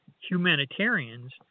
humanitarians